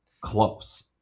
close